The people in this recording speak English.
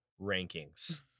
rankings